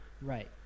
Right